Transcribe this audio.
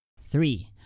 Three